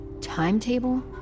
Timetable